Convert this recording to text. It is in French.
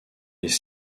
les